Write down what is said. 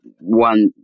one